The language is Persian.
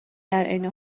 عین